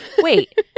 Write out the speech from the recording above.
wait